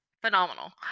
phenomenal